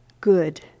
good